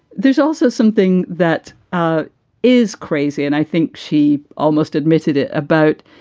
there's also something that ah is crazy. and i think she almost admitted it about,